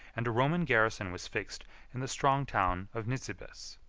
and a roman garrison was fixed in the strong town of nisibis.